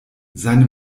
seine